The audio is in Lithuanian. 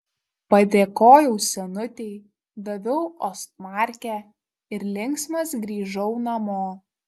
padėkojau senutei daviau ostmarkę ir linksmas grįžau namo